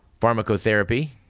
pharmacotherapy